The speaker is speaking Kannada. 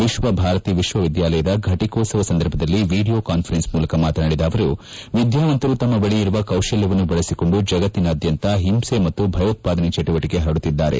ವಿಶ್ವ ಭಾರತಿ ವಿಶ್ವವಿದ್ಯಾಲಯದ ಘಟಿಕೋತ್ತವ ಸಮಾರಂಭದಲ್ಲಿ ವಿಡಿಯೋ ಕಾಸ್ಪರೆನ್ಸ್ ಮೂಲಕ ಮಾತನಾಡಿದ ಅವರು ವಿದ್ಲಾವಂತರು ತಮ್ಮ ಬಳಿ ಇರುವ ಕೌಶಲ್ಲವನ್ನು ಬಳಸಿಕೊಂಡು ಜಗತ್ತಿನಾದ್ಲಂತ ಹಿಂಸೆ ಮತ್ತು ಭಯೋತ್ವಾದನೆ ಚಟುವಟಿಕೆ ಪರಡುತ್ತಿದ್ದಾರೆ